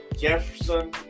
Jefferson